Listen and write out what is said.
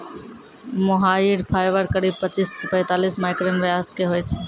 मोहायिर fibre करीब पच्चीस सॅ पैतालिस माइक्रोन व्यास के होय छै